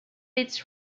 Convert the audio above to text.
its